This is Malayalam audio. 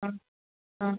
ആ ആ